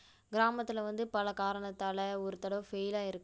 கிராமத்தில் வந்து பலக் காரணத்தால் ஒரு தடவை ஃபெயில் ஆயிருக்கலாம்